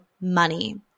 money